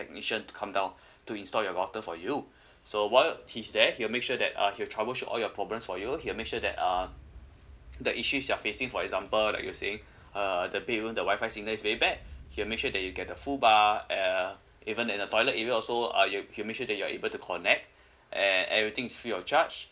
technician to come down to install your router for you so while he's there he'll make sure that uh he will troubleshoot all your problems for you he make sure that uh the issues you're facing for example like you saying uh the bedroom the Wi-Fi signal is very bad he'll make sure that you get the full bar uh even at the toilet area also uh you he'll make sure that you're able to connect and everything is free of charge